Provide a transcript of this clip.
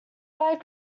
wide